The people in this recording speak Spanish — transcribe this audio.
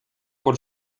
por